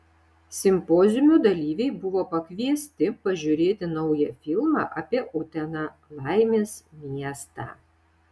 simpoziumo dalyviai buvo pakviesti pažiūrėti naują filmą apie uteną laimės miestą